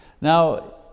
Now